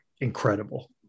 incredible